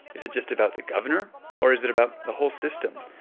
is it just about the governor or is it about the whole system?